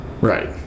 Right